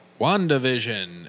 WandaVision